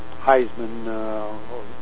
Heisman